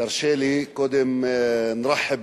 תרשה לי קודם, (אומר בשפה הערבית: